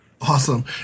Awesome